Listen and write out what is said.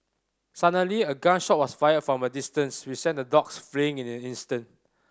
suddenly a gun shot was fired from a distance which sent the dogs fleeing in an instant